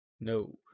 No